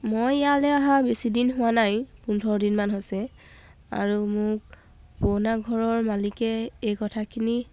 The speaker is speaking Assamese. মই ইয়ালৈ অহা বেছিদিন হোৱা নাই পোন্ধৰ দিনমান হৈছে আৰু মোক পূৰণা ঘৰৰ মালিকে এই কথাখিনি